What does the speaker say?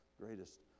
greatest